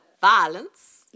violence